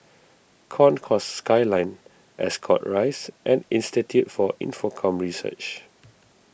Concourse Skyline Ascot Rise and Institute for Infocomm Research